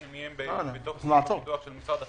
פנימיים בתוך תקציב הפיתוח של משרד החינוך,